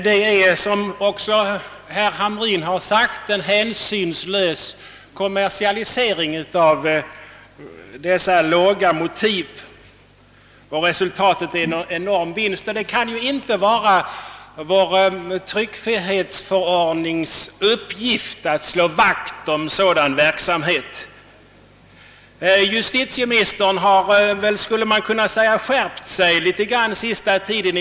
Som herr Hamrin i Jönköping framhållit har det skett en hänsynslös kommersialisering av dessa låga motiv, och resultatet har blivit enorma vinster för vederbörande. Det kan inte vara vår tryckfrihetsförordnings uppgift att främja en sådan verksamhet. Man kan säga att justitieministern har skärpt sig litet på senaste tiden.